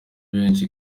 benshi